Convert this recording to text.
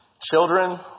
Children